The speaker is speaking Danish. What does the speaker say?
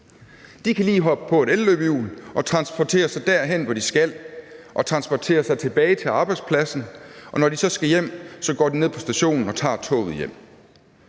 kan lige hoppe på et elløbehjul og transportere sig derhen, hvor de skal, og transportere sig tilbage til arbejdspladsen. Og når de så skal hjem, går de ned på stationen og tager toget hjem.